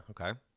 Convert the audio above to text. okay